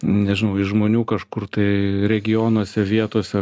nežinau iš žmonių kažkur tai regionuose vietose